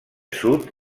sud